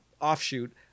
offshoot